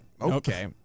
okay